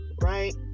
Right